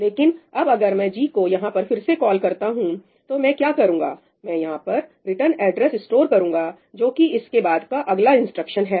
लेकिन अब अगर मैं g को यहां पर फिर से कॉल करता हूं तो मैं क्या करूंगा मैं यहां पर रिटर्न एड्रेस स्टोर करूंगा जो कि इसके बाद का अगला इंस्ट्रक्शन है